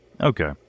Okay